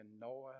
Noah